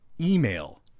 email